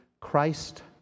Christ